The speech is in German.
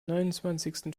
neunundzwanzigsten